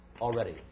already